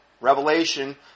Revelation